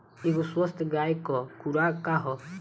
एगो स्वस्थ गाय क खुराक का ह?